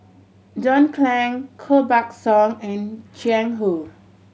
John Clang Koh Buck Song and Jiang Hu